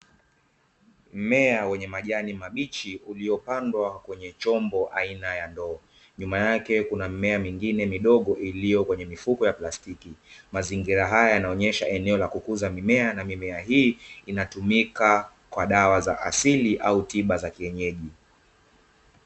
Mmea wenye majani mabichi uliopandwa kwenye chombo aina ya ndoo, nyuma yake kuna mimea midogo ambayo ipo kwenye mifuko ya plastiki, mazingira haya yanaonyesha kukuza mimea na mimea hii inatumika kwa dawa za asili au tiba za kienyeji.